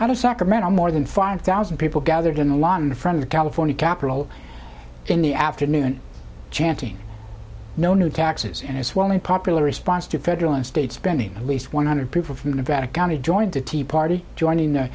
of sacramento more than five thousand people gathered in a lot in front of the california capitol in the afternoon chanting no new taxes and as well a popular response to federal and state spending at least one hundred people from nevada county joined the tea party joining the